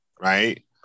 right